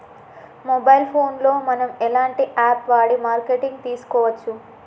Mobile phone లో మనం ఎలాంటి యాప్ వాడి మార్కెటింగ్ తెలుసుకోవచ్చు?